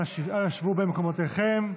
אנא שבו במקומותיכם.